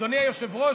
אדוני היושב-ראש,